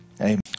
amen